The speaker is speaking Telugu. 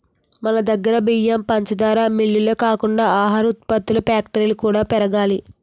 మనదగ్గర బియ్యం, పంచదార మిల్లులే కాకుండా ఆహార ఉత్పత్తుల ఫ్యాక్టరీలు కూడా పెరగాలి